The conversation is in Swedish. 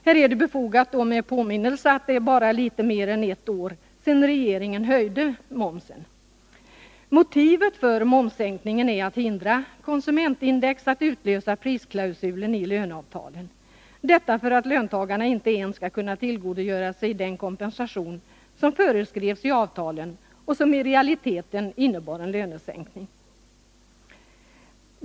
Här är det befogat med en påminnelse om att det bara är litet mer än ett år sedan regeringen höjde momsen. Motivet för momssänkningen är att hindra konsumentindex att utlösa prisklausulen i löneavtalen, detta för att löntagarna inte ens skall kunna tillgodoräkna sig den kompensation som föreskrevs i avtalen och som i realiteten innebar en lönesänkning.